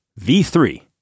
V3